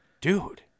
Dude